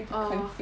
oh